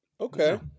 Okay